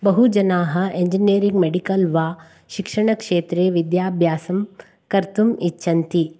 बहु जनाः engineer medical वा शिक्षणक्षेत्रे विद्याभ्यासं कर्तुम् इच्छन्ति